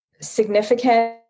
significant